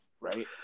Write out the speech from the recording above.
right